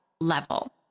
level